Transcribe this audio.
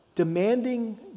Demanding